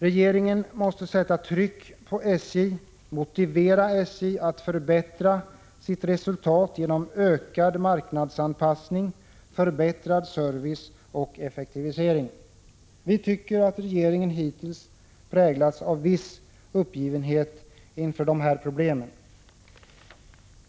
Regeringen måste sätta tryck på SJ och motivera SJ att förbättra sitt resultat genom en ökad marknadsanpassning och genom förbättrad service och effektivisering. Vi tycker att regeringens handlande hittills har präglats av en viss uppgivenhet inför dessa problem.